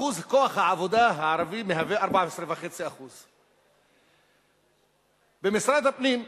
אחוז כוח העבודה הערבי הוא 14.5%. במשרד הפנים,